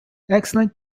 excellent